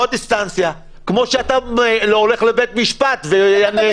שהיו חוקרים קצינים של משטרת ישראל ניתנה